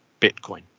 bitcoin